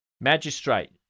Magistrate